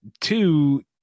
two